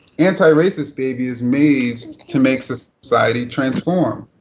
antiracist baby is made to make society transform.